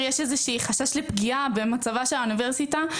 יש חשש לפגיעה במצבה של האוניברסיטה,